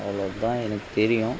அவ்வளோதான் எனக்கு தெரியும்